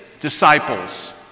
disciples